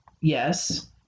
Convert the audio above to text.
Yes